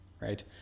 right